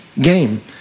game